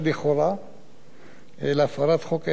חוק הסכמים קיבוציים בחברת "כלל ביטוח".